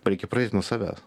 reikia pardėt nuo savęs